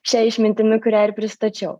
šia išmintimi kurią ir pristačiau